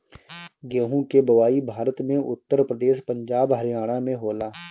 गेंहू के बोआई भारत में उत्तर प्रदेश, पंजाब, हरियाणा में होला